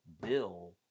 Bill